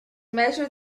measure